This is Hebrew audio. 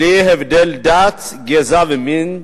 בלי הבדל דת, גזע ומין,